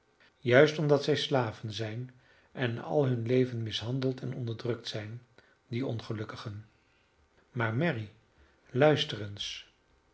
juist omdat zij slaven zijn en al hun leven mishandeld en onderdrukt zijn die ongelukkigen maar mary luister